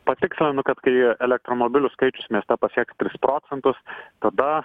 patikslinu kad kai elektromobilių skaičius mieste pasieks tris procentus tada